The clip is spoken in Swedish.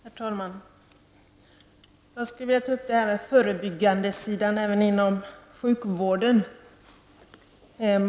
Herr talman! Jag skulle vilja diskutera förebyggande vård inom sjukvården.